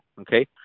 Okay